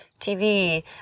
TV